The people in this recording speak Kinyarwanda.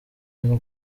n’u